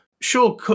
sure